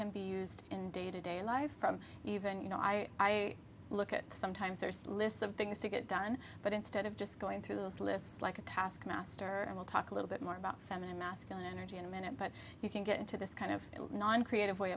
can be used in day to day life from even you know i look at sometimes lists of things to get done but instead of just going through those lists like a taskmaster i will talk a little bit more about feminine masculine energy in a minute but you can get into this kind of non creative way